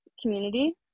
community